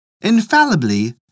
infallibly